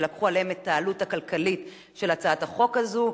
שלקחו עליהן את העלות הכלכלית של הצעת החוק הזאת.